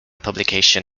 publication